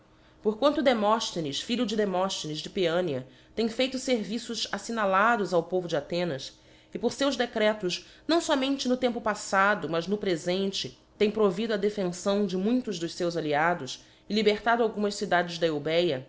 quanto demofthenes filho de demollhenes de paeania tem feito ferviços affignalados ao povo de athenas e por feus decretos nlo fomente no tempo paflado mas no prefente tem provido á defenfão de muitos dos feus alliados e libertado algumas das cidades da eubéa